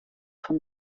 von